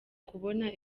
kubona